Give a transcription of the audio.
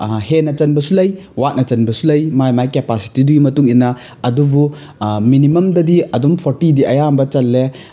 ꯍꯦꯟꯅ ꯆꯟꯕꯁꯨ ꯂꯩ ꯋꯥꯠꯅ ꯆꯟꯕꯁꯨ ꯂꯩ ꯃꯥꯏ ꯃꯥꯏ ꯀꯦꯄꯥꯁꯤꯇꯤꯗꯨꯒꯤ ꯃꯇꯨꯡ ꯏꯟꯅ ꯑꯗꯨꯕꯨ ꯃꯤꯅꯤꯃꯝꯗꯗꯤ ꯑꯗꯨꯝ ꯐꯣꯔꯇꯤꯗꯤ ꯑꯌꯥꯝꯕ ꯆꯜꯂꯦ